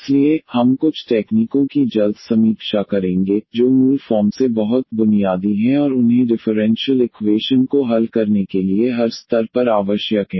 इसलिए हम कुछ टेक्नीकों की जल्द समीक्षा करेंगे जो मूल फॉर्म से बहुत बुनियादी हैं और उन्हें डिफरेंशियल इक्वेशन को हल करने के लिए हर स्तर पर आवश्यक है